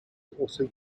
also